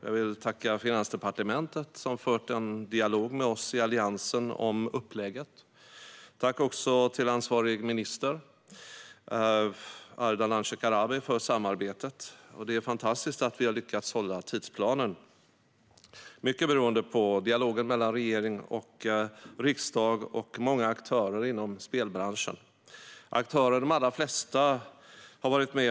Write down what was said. Jag vill tacka Finansdepartementet, som fört en dialog med oss i Alliansen om upplägget. Tack, ansvarig minister, Ardalan Shekarabi, för samarbetet! Det är fantastiskt att vi har lyckats hålla tidsplanen, mycket beroende på dialogen mellan regering och riksdag och många aktörer inom spelbranschen. De allra flesta aktörer har varit med.